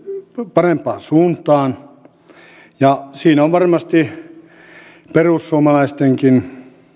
parempaan suuntaan ja siinä on varmasti perussuomalaistenkin